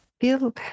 feel